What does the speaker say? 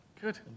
good